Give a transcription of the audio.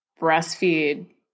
breastfeed